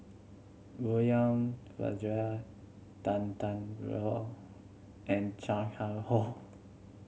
William Farquhar Tan Tarn How and Chan Chang How